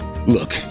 Look